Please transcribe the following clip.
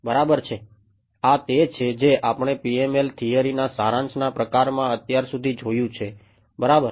બરાબર છે આ તે છે જે આપણે PML થિયરીના સારાંશના પ્રકારમાં અત્યાર સુધી જોયું છે બરાબર